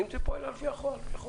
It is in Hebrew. אם זה פועל לפי החוק.